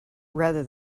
rather